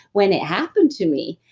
when it happened to me,